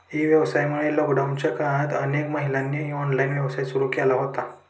E व्यवसायामुळे लॉकडाऊनच्या काळात अनेक महिलांनी ऑनलाइन व्यवसाय सुरू केला होता